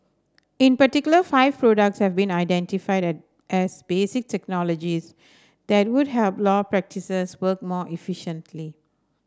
in particular five products have been identified as basic technologies that would help law practices work more efficiently